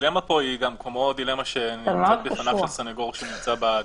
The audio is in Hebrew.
הדילמה פה היא כמו דילמה שניצבת בפניו של סנגור שנמצא בדיונים.